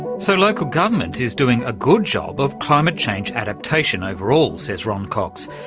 so local government is doing a good job of climate change adaptation overall, says ron cox,